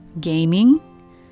gaming